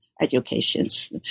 educations